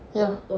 ya